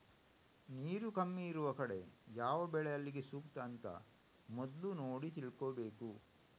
ನೀರು ಕಮ್ಮಿ ಇರುವ ಕಡೆ ಯಾವ ಬೆಳೆ ಅಲ್ಲಿಗೆ ಸೂಕ್ತ ಅಂತ ಮೊದ್ಲು ನೋಡಿ ತಿಳ್ಕೋಬೇಕು